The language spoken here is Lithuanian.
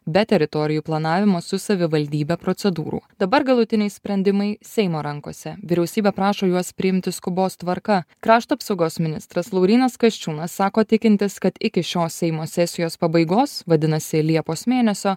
be teritorijų planavimo su savivaldybe procedūrų dabar galutiniai sprendimai seimo rankose vyriausybė prašo juos priimti skubos tvarka krašto apsaugos ministras laurynas kasčiūnas sako tikintis kad iki šios seimo sesijos pabaigos vadinasi liepos mėnesio